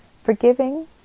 Forgiving